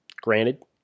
granted